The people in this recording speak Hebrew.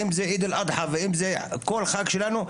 אם זה עיד אל אדחא ואם זה כל חג שלנו,